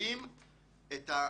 מתקצבים את הניטור.